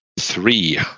three